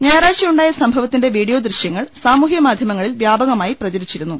ഞായറാഴ്ചയുണ്ടായ സംഭവത്തിന്റെ വീഡിയോ ദൃശ്യങ്ങൾ സാമൂഹ്യ മാധ്യമങ്ങളിൽ വ്യാപകമായി പ്രചരിച്ചിരുന്നു